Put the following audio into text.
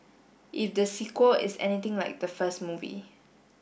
if the sequel is anything like the first movie